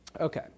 okay